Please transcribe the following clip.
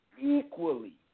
equally